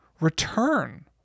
return